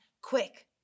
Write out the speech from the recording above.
quick